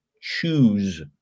choose